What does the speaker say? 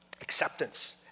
acceptance